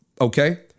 Okay